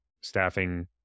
staffing